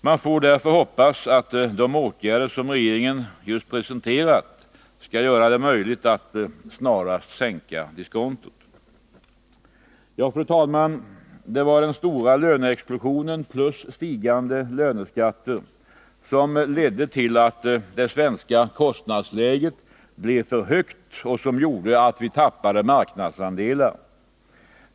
Man får därför hoppas att de åtgärder, som regeringen just presenterat, skall göra det möjligt att snarast sänka diskontot. Det var den stora löneexplosionen plus stigande löneskatter som ledde till att det svenska kostnadsläget blev för högt och som gjorde att vi tappade marknadsandelar.